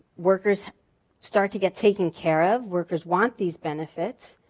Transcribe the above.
workers start to get taken care of, workers want these benefits.